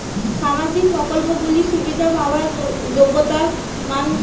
সামাজিক প্রকল্পগুলি সুবিধা পাওয়ার যোগ্যতা মান কি?